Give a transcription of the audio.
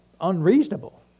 unreasonable